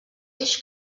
eix